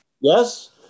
Yes